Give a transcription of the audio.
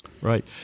Right